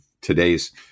today's